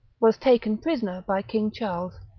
was taken prisoner by king charles,